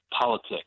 politics